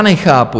Nechápu